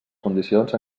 condicions